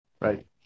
right